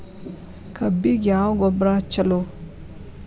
ಕಬ್ಬಿಗ ಯಾವ ಗೊಬ್ಬರ ಛಲೋ?